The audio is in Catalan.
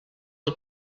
del